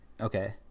Okay